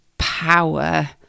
power